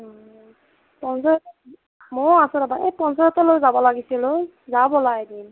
পঞ্চায়ত ময়ো আছোঁ ৰবা এই পঞ্চায়তলৈ যাব লাগিছিল অঁ যাওঁ ব'লা এদিন